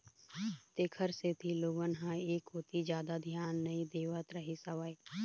तेखर सेती लोगन ह ऐ कोती जादा धियान नइ देवत रहिस हवय